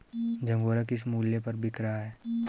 झंगोरा किस मूल्य पर बिक रहा है?